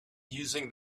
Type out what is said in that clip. using